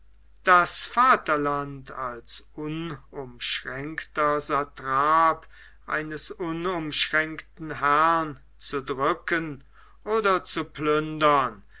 das vaterland als unumschränkter satrap eines unumschränkten herrn zu drücken oder zu plündern